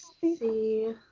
see